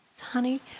honey